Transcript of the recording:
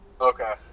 okay